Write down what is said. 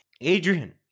Adrian